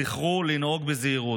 זכרו לנהוג בזהירות.